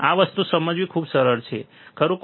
આ વસ્તુ સમજવી ખૂબ જ સરળ છે ખરું